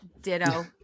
Ditto